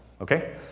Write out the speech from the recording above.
Okay